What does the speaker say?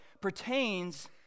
pertains